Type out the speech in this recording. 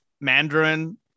Mandarin